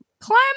Climb